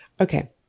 Okay